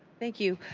thank you.